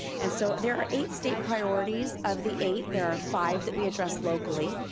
and so there are eight state priorities, of the eight, there are five that we address locally.